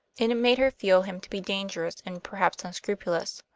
and it made her feel him to be dangerous, and perhaps unscrupulous.